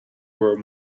were